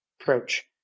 approach